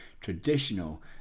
traditional